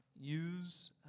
use